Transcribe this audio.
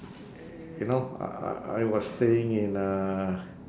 you know I I I was staying in uh